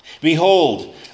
Behold